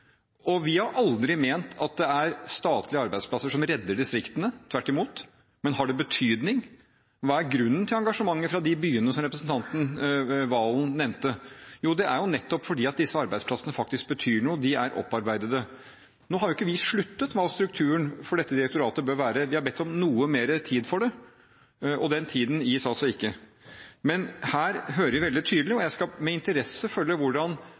Vi har aldri ment at det er statlige arbeidsplasser som redder distriktene, tvert imot. Men har det betydning? Hva er grunnen til engasjementet fra de byene som representanten Serigstad Valen nevnte? Jo, det er jo nettopp fordi disse arbeidsplassene faktisk betyr noe, de er opparbeidede. Nå har ikke vi sluttet hva strukturen for dette direktoratet bør være. Vi har bedt om noe mer tid for det, og den tiden gis altså ikke. Her hører vi det veldig tydelig – og jeg skal med interesse følge hvordan